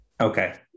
Okay